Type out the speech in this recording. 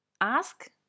ask